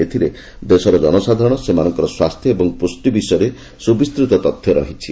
ଏଥିରେ ଦେଶର ଜନସାଧାରଣ ସେମାନଙ୍କର ସ୍ୱାସ୍ଥ୍ୟ ଓ ପୁଷ୍ଟି ବିଷୟରେ ସବିସ୍ତୃତ ତଥ୍ୟ ରହିଛି